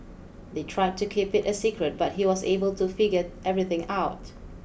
they tried to keep it a secret but he was able to figure everything out